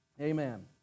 amen